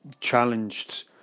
challenged